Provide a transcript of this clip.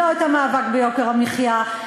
לא את המאבק ביוקר המחיה,